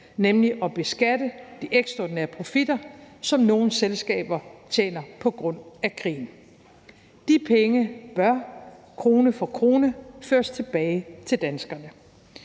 nemlig at beskatte de ekstraordinære profitter, som nogle selskaber får på grund af krigen. De penge bør, krone for krone, føres tilbage til danskerne.